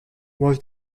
was